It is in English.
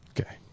Okay